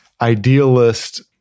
idealist